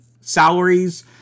salaries